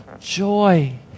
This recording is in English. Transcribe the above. joy